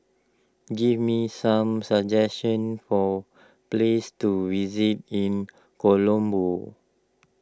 give me some suggestions for places to visit in Colombo